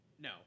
No